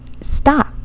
stop